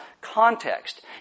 context